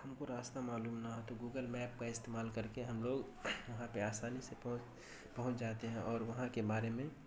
ہم کو راستہ معلوم نہ ہو تو گوگل میپ کا استعمال کر کے ہم لوگ وہاں پہ آسانی سے پہنچ پہنچ جاتے ہیں اور وہاں کے بارے میں